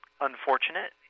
unfortunate